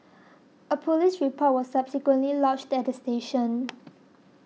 a police report was subsequently lodged at the station